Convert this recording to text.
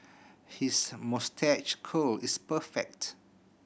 his moustache curl is perfect